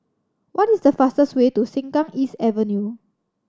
what is the fastest way to Sengkang East Avenue